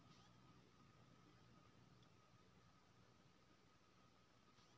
हमर debit card अभी तकल नय अयले हैं, से कोन चेक होतै?